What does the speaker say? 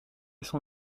son